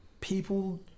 people